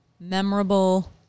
Memorable